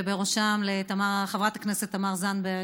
ובראשם חברת הכנסת תמר זנדברג,